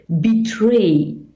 betray